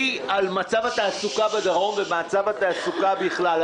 על מצב התעסוקה בדרום ומצב התעסוקה בכלל.